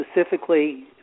specifically